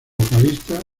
vocalista